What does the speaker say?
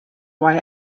why